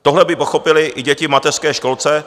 Tohle by pochopily i děti v mateřské školce.